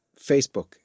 Facebook